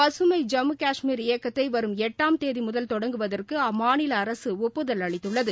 பசுமை ஜம்மு கஷ்மீர் இயக்கத்தை வரும் எட்டாம் தேதி முதல் தொடங்குவதற்கு அம்மாநில அரசு ஒப்புதல் அளித்துள்ளது